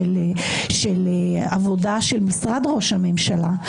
של העבודה של משרד ראש הממשלה.